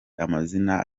amazina